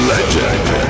Legend